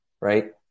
right